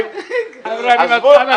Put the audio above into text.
אני מציע לכם,